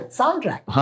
soundtrack